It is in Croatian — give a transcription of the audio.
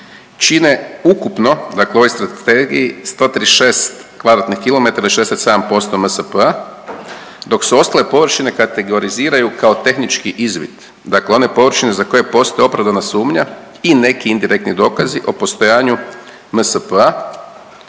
čine ukupno, dakle u ovoj strategiji 146 kvadratnih kilometara ili 67% MSP-a, dok su ostale površine kategoriziraju kao tehnički izvid. Dakle one površine za koje postoji opravdana sumnja i neki indirektni dokazi o postojanju MSP-a,